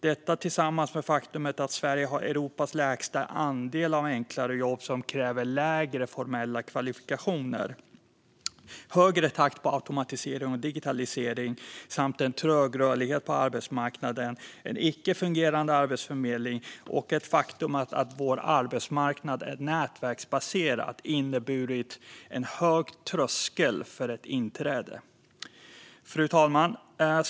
Detta tillsammans med det faktum att Sverige har Europas lägsta andel av enklare jobb som kräver lägre formella kvalifikationer, högre takt på automatisering och digitalisering, en trög rörlighet på arbetsmarknaden, en icke fungerande arbetsförmedling och det faktum att vår arbetsmarknad är nätverksbaserad har inneburit en hög tröskel för ett inträde. Fru talman!